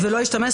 ולא ישתמש.